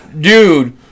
Dude